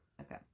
Okay